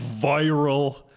viral